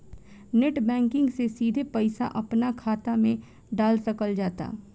net banking से सिधे पईसा अपना खात मे डाल सकल जाता